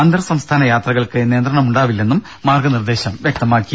അന്തർ സംസ്ഥാന യാത്രകൾക്ക് നിയന്ത്രണം ഉണ്ടാവില്ലെന്നും മാർഗനിർദ്ദേശം വ്യക്തമാക്കി